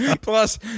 Plus